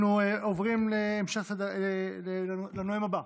אנחנו עוברים לנואם הבא,